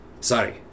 Sorry